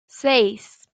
seis